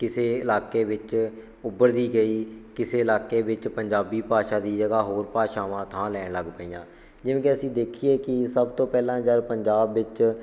ਕਿਸੇ ਇਲਾਕੇ ਵਿੱਚ ਉੱਭਰਦੀ ਗਈ ਕਿਸੇ ਇਲਾਕੇ ਵਿੱਚ ਪੰਜਾਬੀ ਭਾਸ਼ਾ ਦੀ ਜਗ੍ਹਾ ਹੋਰ ਭਾਸ਼ਾਵਾਂ ਥਾਂ ਲੈਣ ਲੱਗ ਪਈਆਂ ਜਿਵੇਂ ਕਿ ਅਸੀਂ ਦੇਖੀਏ ਕਿ ਸਭ ਤੋਂ ਪਹਿਲਾਂ ਜਦ ਪੰਜਾਬ ਵਿੱਚ